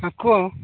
ଆ କୁହ